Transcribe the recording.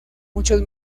muchos